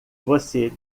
você